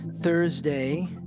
thursday